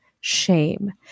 shame